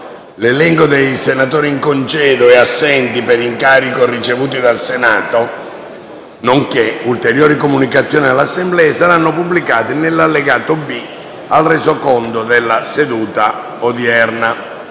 L'elenco dei senatori in congedo e assenti per incarico ricevuto dal Senato, nonché ulteriori comunicazioni all'Assemblea saranno pubblicati nell'allegato B al Resoconto della seduta odierna.